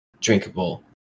drinkable